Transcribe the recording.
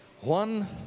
One